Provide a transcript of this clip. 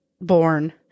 born